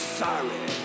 sorry